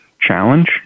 challenge